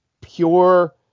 pure